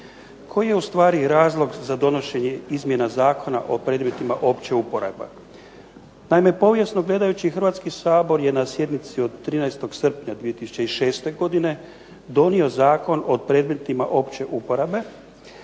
Koji je ustvari razlog za donošenje izmjena Zakona o predmetima opće uporabe? Naime, povijesno gledajući Hrvatski sabor je na sjednici od 13. srpnja 2006. godine donio Zakon o predmetima opće uporabe